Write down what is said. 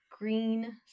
Green